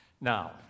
now